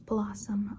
Blossom